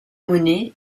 monnaie